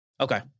Okay